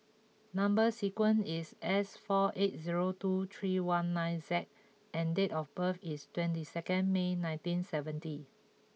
number sequence is S four eight zero two three one nine Z and date of birth is twenty second May nineteen seventy